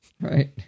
Right